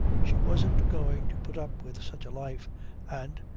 she wasn't going to put up with such a life and,